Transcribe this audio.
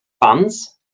funds